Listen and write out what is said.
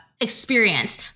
experience